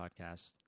podcast